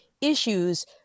issues